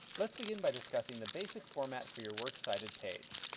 let's begin by discussing the basic format for your works-cited page.